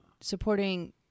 supporting